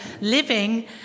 living